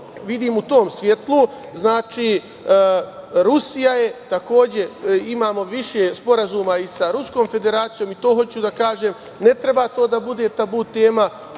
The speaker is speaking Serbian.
vidim u tom svetlu. Znači, Rusija, takođe imamo više sporazuma i sa Ruskom Federacijom, i to hoću da kažem, ne treba to da bude tabu tema,